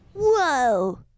whoa